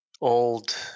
old